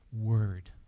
Word